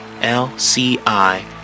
l-c-i